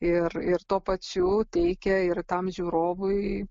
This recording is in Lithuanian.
ir ir tuo pačiu teikia ir tam žiūrovui